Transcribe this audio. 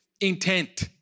intent